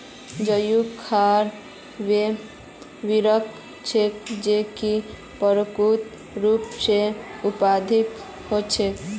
जैविक खाद वे उर्वरक छेक जो कि प्राकृतिक रूप स उत्पादित हछेक